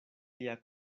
lia